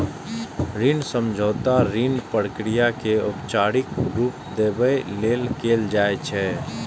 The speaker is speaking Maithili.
ऋण समझौता ऋण प्रक्रिया कें औपचारिक रूप देबय लेल कैल जाइ छै